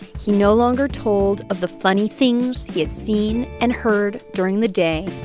he no longer told of the funny things he had seen and heard during the day.